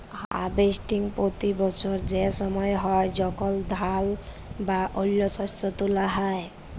harvesting পতি বসর সে সময় হ্যয় যখল ধাল বা অল্য শস্য তুলা হ্যয়